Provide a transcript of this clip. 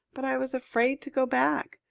but i was afraid to go back.